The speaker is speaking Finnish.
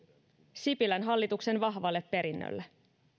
sipilän hallituksen vahvalle perinnölle